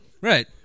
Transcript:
Right